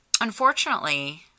unfortunately